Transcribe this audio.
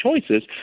choices